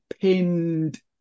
pinned